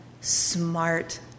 smart